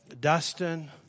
Dustin